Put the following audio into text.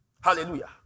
Hallelujah